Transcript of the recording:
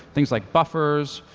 things like buffers,